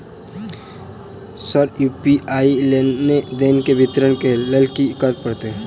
Sir UPI लेनदेन केँ विवरण केँ लेल की करऽ परतै?